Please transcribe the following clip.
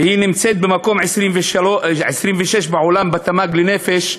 והיא נמצאת במקום ה-26 בעולם בתמ"ג לנפש,